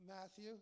Matthew